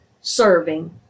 serving